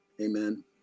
amen